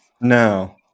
No